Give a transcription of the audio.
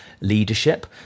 leadership